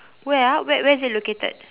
where ah where where is it located